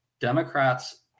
Democrats